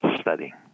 studying